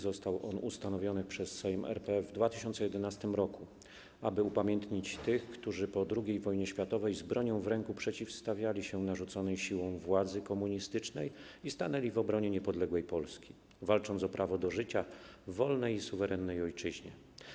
Został on ustanowiony przez Sejm RP w 2011 r., aby upamiętnić tych, którzy po II wojnie światowej z bronią w ręku przeciwstawiali się narzuconej siłą władzy komunistycznej i stanęli w obronie niepodległej Polski, walcząc o prawo do życia w wolnej i suwerennej ojczyźnie.